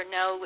no